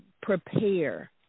prepare